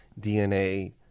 DNA